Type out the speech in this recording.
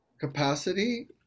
capacity